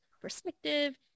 perspective